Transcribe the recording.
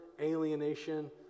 alienation